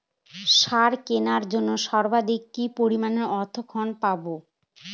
সার কেনার জন্য সর্বাধিক কি পরিমাণ অর্থ ঋণ পাব?